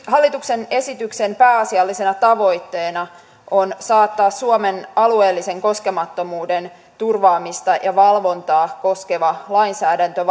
hallituksen esityksen pääasiallisena tavoitteena on saattaa suomen alueellisen koskemattomuuden turvaamista ja valvontaa koskeva lainsäädäntö